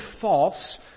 false